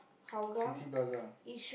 City Plaza